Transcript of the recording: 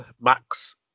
Max